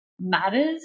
matters